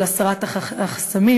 של הסרת החסמים,